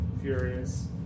Furious